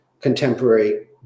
contemporary